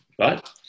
right